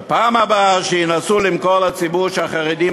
בפעם הבאה שינסו למכור לציבור שהחרדים